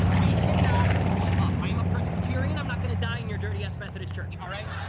we cannot split up. i am a presbyterian. i'm not gonna die in your dirty ass methodist church, alright?